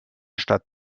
stadt